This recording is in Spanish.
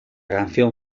canción